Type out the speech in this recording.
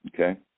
okay